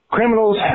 Criminals